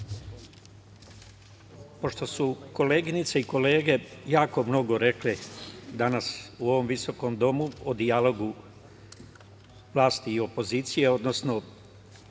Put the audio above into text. pošto su koleginice i kolege jako mnogo rekle danas u ovom visokom domu o dijalogu vlasti i opozicije, odnosno